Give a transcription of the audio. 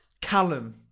Callum